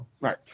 right